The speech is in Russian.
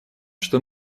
что